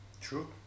True